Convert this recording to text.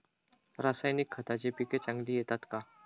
रासायनिक खताने पिके चांगली येतात का?